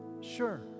Sure